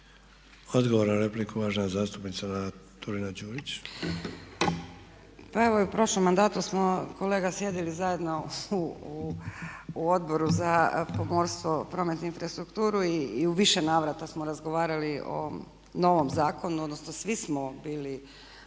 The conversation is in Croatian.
Odgovor na repliku, uvažena zastupnica Nada Turina-Đurić.